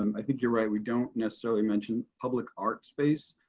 um i think you're right. we don't necessarily mentioned public art space,